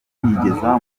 kuyigeza